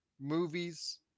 movies